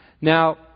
Now